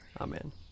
Amen